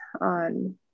on